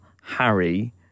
Harry